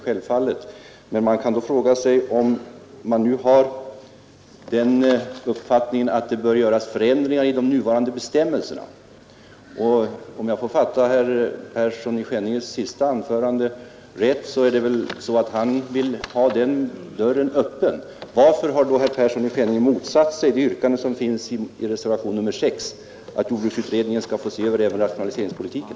Självfallet skall vi göra det, men då uppkommer frågan, om man har den uppfattningen att det bör göras förändringar i de nuvarande bestämmelserna. Om jag fattade herr Perssons i Skänninge senaste anförande rätt, vill han ha den dörren öppen. Varför har då herr Persson i Skänninge motsatt sig det yrkande som finns i reservationen 6 om att jordbruksutredningen skall se över även rationaliseringspolitiken?